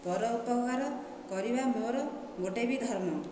ପରୋପକାର କରିବା ମୋର ଗୋଟିଏ ବି ଧର୍ମ